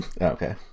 Okay